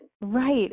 Right